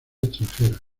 extranjeras